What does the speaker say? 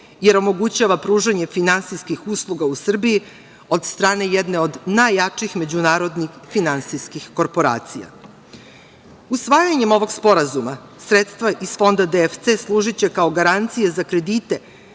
jer omogućava pružanje finansijskih usluga u Srbiji od strane jedne od najjačih međunarodnih finansijskih korporacija. Usvajanjem ovog sporazuma sredstva iz Fonda DFC služiće kao garancija za kredite